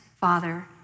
Father